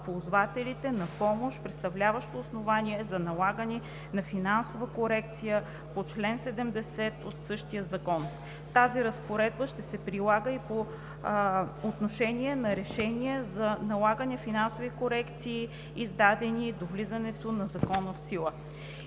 ползвателите на помощ, представляващо основание за налагане на финансова корекция по чл. 70 от същия закон. Тази разпоредба ще се прилага и по отношение на решения за налагане на финансови корекции, издадени до влизането на Закона в сила.